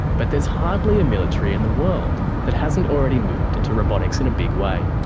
but there's hardly a military in the world that hasn't already moved into robotics in a big way.